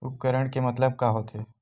उपकरण के मतलब का होथे?